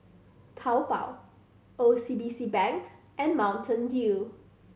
Taobao O C B C Bank and Mountain Dew